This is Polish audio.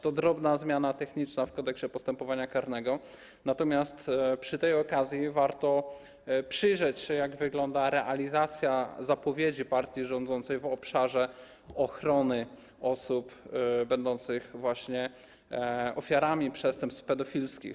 To drobna zmiana techniczna w Kodeksie postępowania karnego, natomiast przy tej okazji warto przyjrzeć się, jak wygląda realizacja zapowiedzi partii rządzącej w obszarze ochrony osób będących właśnie ofiarami przestępstw pedofilskich.